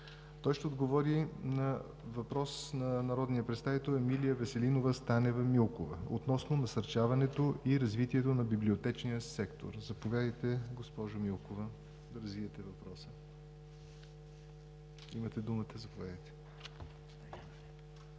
Той ще отговори на въпрос на народния представител Емилия Веселинова Станева-Милкова относно насърчаването и развитието на библиотечния сектор. Заповядайте, госпожо Милкова, да развиете въпроса. Имате думата, заповядайте.